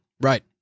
right